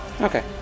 Okay